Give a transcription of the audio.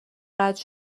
قطع